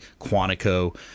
Quantico